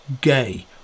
gay